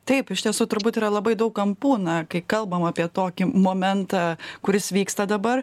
taip iš tiesų turbūt yra labai daug kampų na kai kalbam apie tokį momentą kuris vyksta dabar